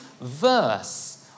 verse